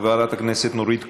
חברת הכנסת נורית קורן,